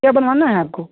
क्या बनवाना है आपको